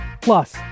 plus